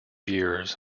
years